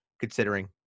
considering